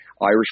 Irish